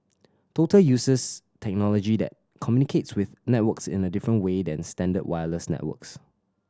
total uses technology that communicates with networks in a different way than standard wireless networks